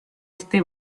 este